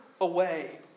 away